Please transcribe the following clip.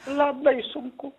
labai sunku